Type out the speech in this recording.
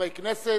חברי כנסת.